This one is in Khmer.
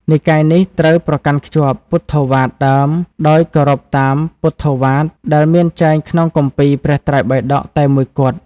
និកាយនេះត្រូវប្រកាន់ខ្ជាប់ពុទ្ធោវាទដើម ដោយគោរពតាម ពុទ្ធោវាទ ដែលមានចែងក្នុង គម្ពីរព្រះត្រៃបិដក តែមួយគត់។